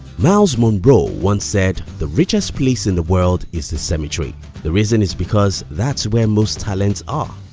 myles munroe once said, the richest place in the world is the cemetery the reason is because that's where most talents are.